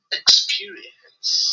experience